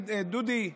דודי,